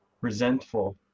resentful